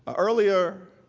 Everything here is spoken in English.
ah earlier,